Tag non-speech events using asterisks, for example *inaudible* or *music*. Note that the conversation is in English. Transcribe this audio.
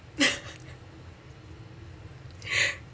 *laughs*